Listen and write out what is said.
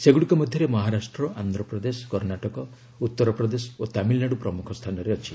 ସେଗୁଡ଼ିକ ମଧ୍ୟରେ ମହାରାଷ୍ଟ୍ର ଆନ୍ଧ୍ରପ୍ରଦେଶ କର୍ଣ୍ଣାଟକ ଉତ୍ତରପ୍ରଦେଶ ଓ ତାମିଲନାଡୁ ପ୍ରମୁଖ ସ୍ଥାନରେ ଅଛି